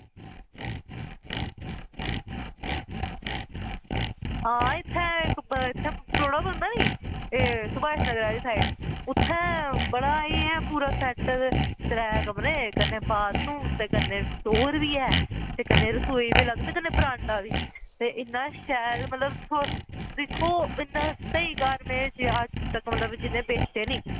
आं इत्थें इक्क पलौड़ा पौंदा नी ते सुभाष नगर आह्ली साईड उत्थें बड़ा इंया सैट त्रै कमरे ते बाथरूम ते कन्नै होर बी ऐ ते कन्नै रसोई बी ते कन्नै बरांडा बी ते कन्नै शैल मतलब ते दिक्खो इन्ना स्हेई घर ऐ जिन्ने बी में बेचे नी